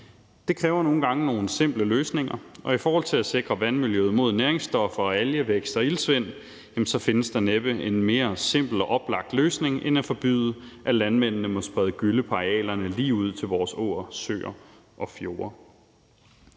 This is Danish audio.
Det kræver nogle gange nogle simple løsninger, og i forhold til at sikre vandmiljøet mod næringsstoffer og algevækst og iltsvind findes der næppe en mere simpel og oplagt løsning end at forbyde, at landmændene må sprede gylle på arealerne lige ud til vores åer, søer og fjorde.